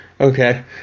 Okay